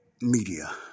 Media